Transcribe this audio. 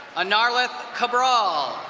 anarlith cabral.